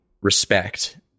respect